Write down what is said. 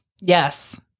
Yes